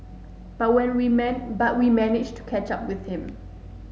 but we remind but we managed to catch up with him